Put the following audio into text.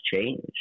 change